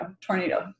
tornado